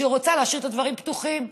שרוצה להשאיר את הדברים פתוחים.